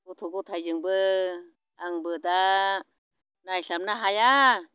गथ' गथायजोंबो आंबो दा नायस्लाबनो हाया